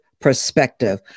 perspective